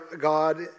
God